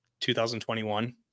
2021